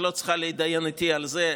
את לא צריכה להתדיין איתי על זה.